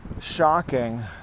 shocking